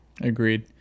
Agreed